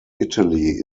italy